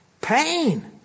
Pain